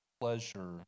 pleasure